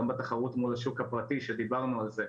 גם בתחרות מול השוק הפרטי שדיברנו על זה.